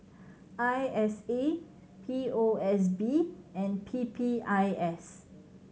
I S A P O S B and P P I S